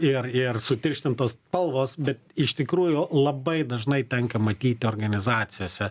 ir ir sutirštintos spalvos bet iš tikrųjų labai dažnai tenka matyti organizacijose